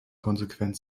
konsequent